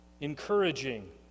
Encouraging